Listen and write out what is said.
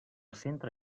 centre